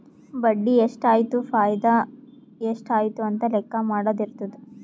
ಬಡ್ಡಿ ಎಷ್ಟ್ ಆಯ್ತು ಫೈದಾ ಎಷ್ಟ್ ಆಯ್ತು ಅಂತ ಲೆಕ್ಕಾ ಮಾಡದು ಇರ್ತುದ್